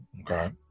Okay